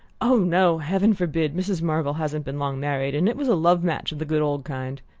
oh, no heaven forbid! mrs. marvell hasn't been long married and it was a love-match of the good old kind.